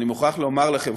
אני מוכרח לומר לכם,